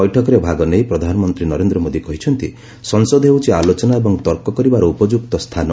ବୈଠକରେ ଭାଗ ନେଇ ପ୍ରଧାନମନ୍ତ୍ରୀ ନରେନ୍ଦ୍ର ମୋଦି କହିଛନ୍ତି ଯେସଂସଦ ହେଉଛି ଆଲୋଚନା ଏବଂ ତର୍କ କରିବାର ଉପଯୁକ୍ତ ସ୍ଥାନ